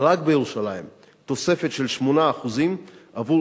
רק בירושלים, של 8% עבור